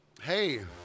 Hey